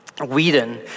Whedon